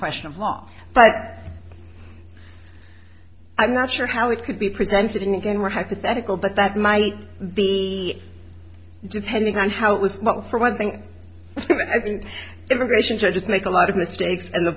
question of law but i'm not sure how it could be presented in again what hypothetical but that might be depending on how it was but for one thing i think everybody should just make a lot of mistakes and the